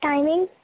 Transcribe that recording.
timing